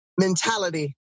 mentality